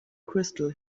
crystal